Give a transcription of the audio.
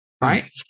Right